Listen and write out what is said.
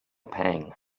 pang